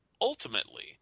ultimately